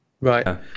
Right